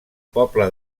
poble